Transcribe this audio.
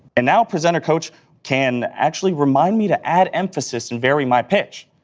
and now presenter coach can actually remind me to add emphasis and vary my pitch,